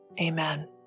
amen